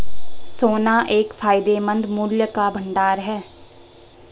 सोना एक फायदेमंद मूल्य का भंडार है